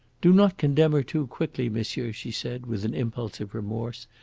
do not condemn her too quickly, monsieur, she, said, with an impulse of remorse.